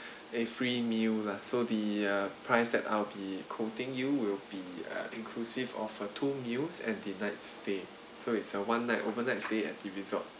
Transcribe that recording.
a free meal lah so the uh price that l will be quoting you will be a inclusive of a two meals and the night stay so it's a one night overnight stay at the resort